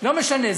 לא משנה,